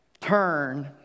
turn